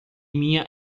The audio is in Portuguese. minha